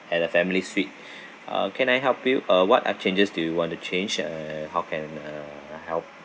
and a family suite uh can I help you uh what are changes do you want to change and how can uh I help